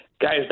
Guys